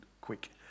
quick